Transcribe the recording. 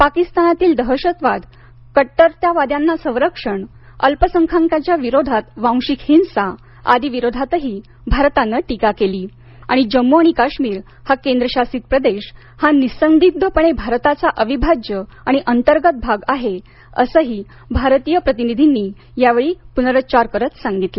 पाकिस्तानातील दहशतवाद कट्टरवाद्यांना संरक्षण अल्पसंख्याकांच्या विरोधात वांशिक हिंसा आदी विरोधातही भारतानं टीका केली आणि जम्मू आणि काश्मीर हा केंद्रशासित प्रदेश हा निःसंदिग्धपणे भारताचा अविभाज्य आणि अंतर्गत भाग आहे असाही भारतीय प्रतिनिधींनी यावेळी पुनरूच्चार केला